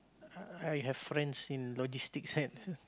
uh I have friends in logistics side